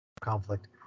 conflict